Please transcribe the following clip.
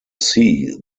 sea